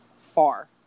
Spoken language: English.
far